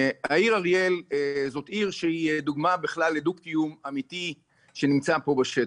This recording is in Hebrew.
העיר אריאל זאת עיר שהוא דוגמה לדו קיום אמיתי שנמצא פה בשטח,